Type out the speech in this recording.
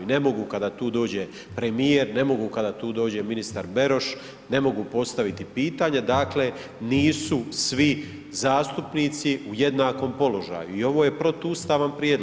Ne mogu kada tu dođe premijer, ne mogu kada tu dođe ministar Beroš, ne mogu postaviti pitanja dakle nisu svi zastupnici u jednakom položaju i ovo je protuustavan prijedlog.